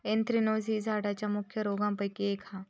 anthracnose ही झाडांच्या मुख्य रोगांपैकी एक हा